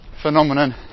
phenomenon